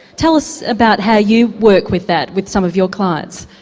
tell us about how you work with that with some of your clients.